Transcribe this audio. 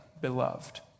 beloved